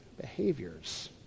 behaviors